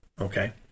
okay